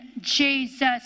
Jesus